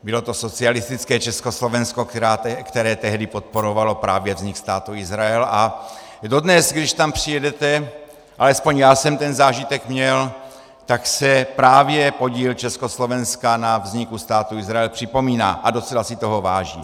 Bylo to socialistické Československo, které tehdy podporovalo právě vznik Státu Izrael a dodnes, když tam přijedete, alespoň já jsem ten zážitek měl, tak se právě podíl Československa na vzniku Státu Izrael připomíná a docela si toho váží.